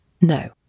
No